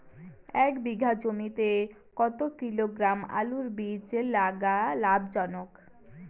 এক বিঘা জমিতে কতো কিলোগ্রাম আলুর বীজ লাগা লাভজনক?